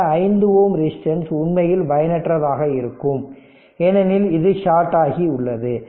இந்த 5Ω ரெசிஸ்டன்ஸ் உண்மையில் பயனற்றதாக இருக்கும் ஏனெனில் இது ஷாட் ஆகியுள்ளது